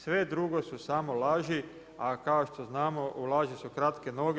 Sve drugo su samo laži, a kao što znamo u laži su kratke noge.